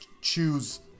choose